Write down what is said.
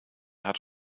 hat